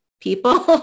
people